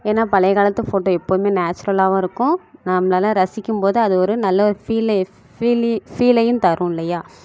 ஏன்னா பழைய காலத்து ஃபோட்டோ எப்போதுமே நேச்சுரலாகவும் இருக்கும் நம்மளால் ரசிக்கும்போது அது ஒரு நல்ல ஒரு ஃபீல்ல ஃபீலி ஃபீலையும் தரும் இல்லையா